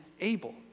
Abel